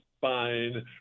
fine